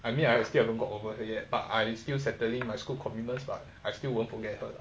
I mean I still haven't got over her yet but I still settling my school commitments but I still won't forget her